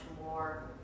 more